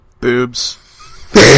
boobs